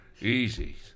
Easy